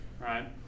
right